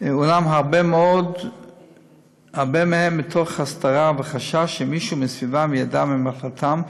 אולם הרבה מהם תוך הסתרה וחשש שמישהו מסביבתם ידע על מחלתם,